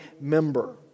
member